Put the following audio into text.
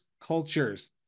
cultures